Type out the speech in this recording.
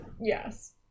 Yes